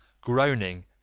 groaning